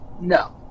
No